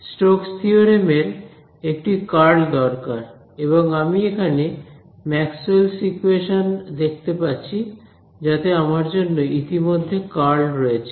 Stokes theorem এর একটি curl দরকার এবং আমি এখানে ম্যাক্সওয়েলেস ইকোয়েশনস Maxwell's equations দেখতে পাচ্ছি যাতে আমার জন্য ইতিমধ্যে কার্ল রয়েছে